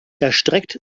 erstreckt